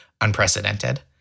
unprecedented